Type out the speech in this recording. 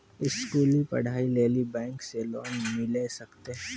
स्कूली पढ़ाई लेली बैंक से लोन मिले सकते?